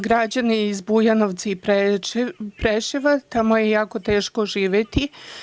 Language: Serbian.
Građani iz Bujanovca i Preševa, tamo je jako teško živeti.